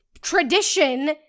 tradition